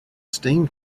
steam